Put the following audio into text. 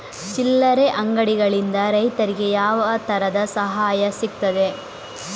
ಚಿಲ್ಲರೆ ಅಂಗಡಿಗಳಿಂದ ರೈತರಿಗೆ ಯಾವ ತರದ ಸಹಾಯ ಸಿಗ್ತದೆ?